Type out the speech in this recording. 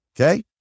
okay